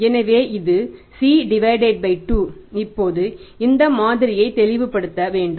எனவே இது C 2 இப்போது இந்த மாதிரியை தெளிவுபடுத்த வேண்டும்